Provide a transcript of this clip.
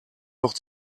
noch